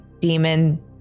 demon